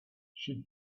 she